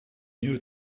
nieuwe